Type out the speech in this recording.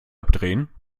abdrehen